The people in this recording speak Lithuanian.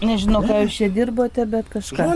nežinau ką jūs čia dirbote bet kažką